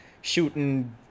shooting